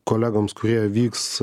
kolegoms kurie vyks